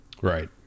Right